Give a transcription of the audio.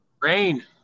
Rain